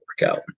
workout